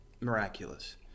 miraculous